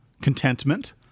contentment